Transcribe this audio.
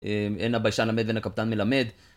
אין הביישן למד ואין הקפדן מלמד.